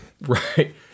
Right